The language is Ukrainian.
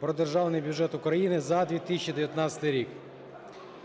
"Про Державний бюджет України на 2019 рік".